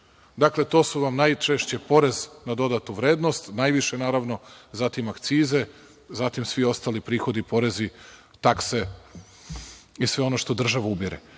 To su vam najčešće porez na dodatu vrednost, najviše, zatim akcize, zatim svi ostali prihodi, porezi, takse i sve ono što država ubire.